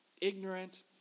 ignorant